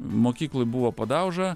mokykloj buvo padauža